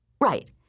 Right